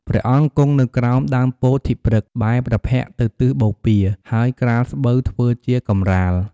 ព្រះអង្គគង់នៅក្រោមដើមពោធិព្រឹក្ស បែរព្រះភក្ត្រទៅទិសបូព៌ា ហើយក្រាលស្បូវធ្វើជាកម្រាល។